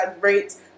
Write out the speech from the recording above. rates